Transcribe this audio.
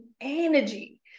energy